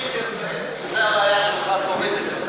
אם זאת הבעיה שלך, תוריד את זה.